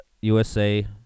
USA